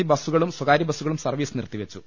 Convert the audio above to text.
C ബസുകളും സ്ഥകാര്യബസും കളും സർവ്വീസ് നിർത്തിവെച്ചു